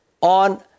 on